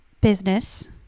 business